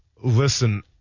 Listen